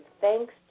thanks